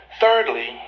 Thirdly